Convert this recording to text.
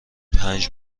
پنج